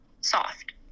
soft